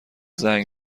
زنگ